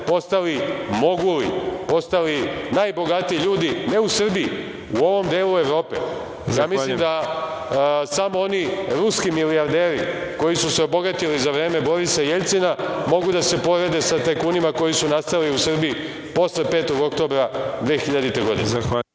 postali moguli, postali najbogatiji ljudi, ne u Srbiji, u ovom delu Evrope. Ja mislim da samo oni ruski milijarderi, koji su se obogatili za vreme Borisa Jeljcina, mogu da se porede sa tajkunima koji su nastali u Srbiji posle 5. oktobra 2000. godine.